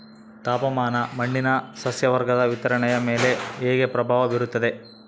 ತಾಪಮಾನ ಮಣ್ಣಿನ ಸಸ್ಯವರ್ಗದ ವಿತರಣೆಯ ಮೇಲೆ ಹೇಗೆ ಪ್ರಭಾವ ಬೇರುತ್ತದೆ?